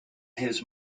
his